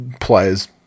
players